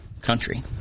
country